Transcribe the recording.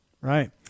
right